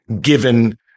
given